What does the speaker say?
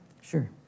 Sure